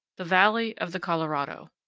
the valley of the colorado.